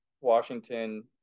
Washington